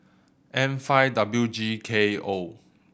M five W G K O